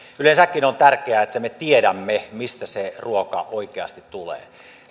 yleensäkin on tärkeätä että me tiedämme mistä se ruoka oikeasti tulee